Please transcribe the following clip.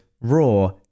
raw